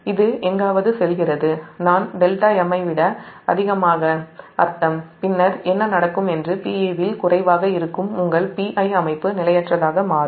இது எங்காவது செல்கிறது δm ஐ விட அதிகமாக பின்னர் என்ன நடக்கும் என்று Pe வில் குறைவாக இருக்கும் உங்கள் Pi அமைப்பு நிலையற்றதாக மாறும்